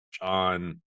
on